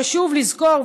חשוב לזכור,